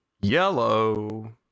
Yellow